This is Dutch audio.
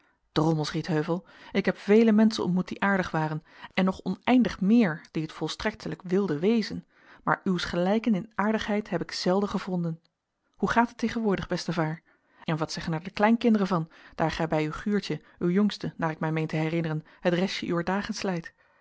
drommels rietheuvel ik heb vele mensenen ontmoet die aardig waren en nog oneindig meer die het volstrektelijk wilden wezen maar uws gelijken in aardigheid heb ik zelden gevonden hoe gaat het tegenwoordig bestevaar en wat zeggen er de kleinkinderen van daar gij bij uw guurtje uw jongste naar ik mij meen te herinneren het restje uwer dagen slijt